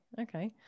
okay